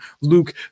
Luke